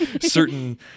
certain